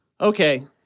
Okay